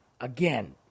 again